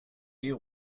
you